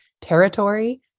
Territory